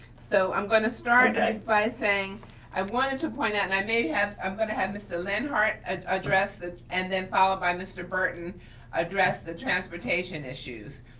so i'm gonna start by saying i wanted to point out, and i may have, i'm gonna have mr. lenhart ah address that and then followed by mr. burton address the transportation issues.